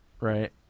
right